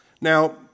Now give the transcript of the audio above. Now